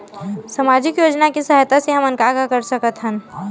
सामजिक योजना के सहायता से हमन का का कर सकत हन?